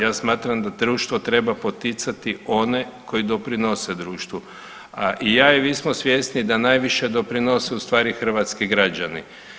Ja smatram da društvo treba poticati one koji doprinose društvu, a i ja i vi smo svjesni da najviše doprinose u stvari hrvatski građani.